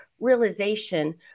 realization